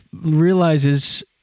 realizes